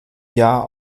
jahr